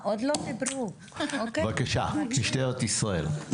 בבקשה, משטרת ישראל.